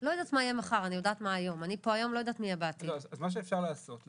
מי שנותן את האישור הוא המנהל.